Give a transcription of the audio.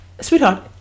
Sweetheart